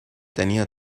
tenía